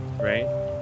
Right